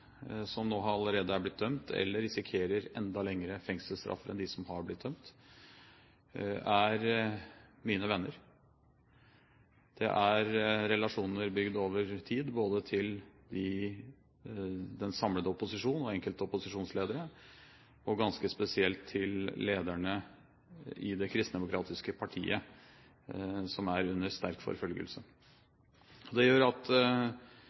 risikerer enda lengre fengselsstraffer enn de som har blitt dømt, er mine venner. Det er relasjoner bygd over tid, både til den samlede opposisjon og enkelte opposisjonsledere, og ganske spesielt til lederne i det kristendemokratiske partiet, som er under sterk forfølgelse. Det gjør at